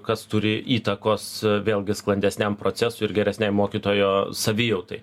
kas turi įtakos vėlgi sklandesniam procesui ir geresnei mokytojo savijautai